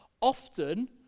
Often